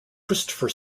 christopher